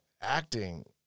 acting